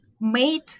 made